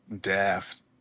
daft